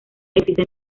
existen